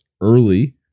early